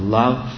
love